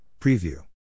preview